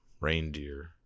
reindeer